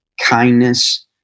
kindness